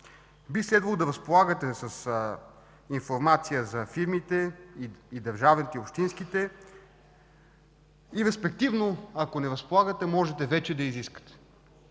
Би следвало да разполагате с информация за фирмите –държавни и общински, и респективно, ако не разполагате – можете вече да изискате.